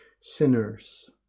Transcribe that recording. sinners